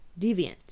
Deviant